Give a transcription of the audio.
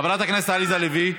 חברת הכנסת עליזה לביא,